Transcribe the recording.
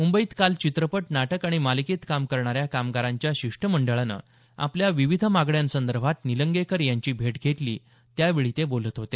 मुंबईत काल चित्रपट नाटक आणि मालिकेत काम करणाऱ्या कामगारांच्या शिष्टमंडळानं आपल्या विविध मागण्यांसंदर्भात निलंगेकर यांची भेट घेतली त्यावेळी ते बोलत होते